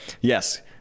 Yes